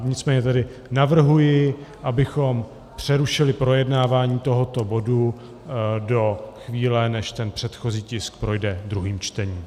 Nicméně tedy navrhuji, abychom přerušili projednávání tohoto bodu do chvíle, než předchozí tisk projde druhým čtením.